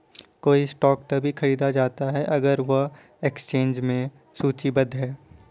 कोई स्टॉक तभी खरीदा जाता है अगर वह एक्सचेंज में सूचीबद्ध है